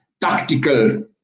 tactical